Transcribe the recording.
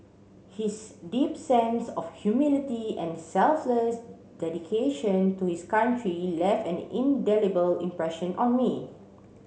his deep sense of humility and selfless dedication to his country left an indelible impression on me